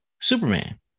Superman